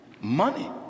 money